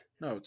No